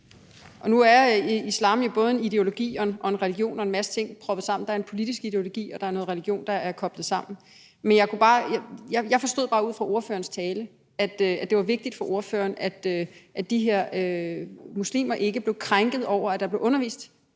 Nu er islam jo både en ideologi og en religion og en masse ting koblet sammen. Der er en politisk ideologi, og der er noget religion, der er koblet sammen. Jeg forstod bare ud fra ordførerens tale, at det var vigtigt for ordføreren, at de her muslimer ikke blev krænket over, at der blev undervist